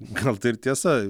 gal tai ir tiesa